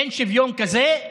אין שוויון כזה,